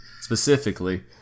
specifically